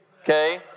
okay